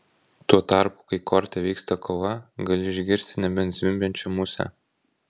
tuo tarpu kai korte vyksta kova gali išgirsti nebent zvimbiančią musę